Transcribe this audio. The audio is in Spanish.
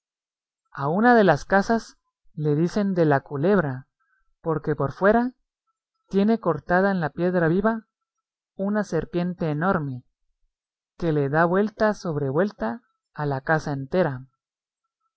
a una de las casas le dicen de la culebra porque por fuera tiene cortada en la piedra viva una serpiente enorme que le da vuelta sobre vuelta a la casa entera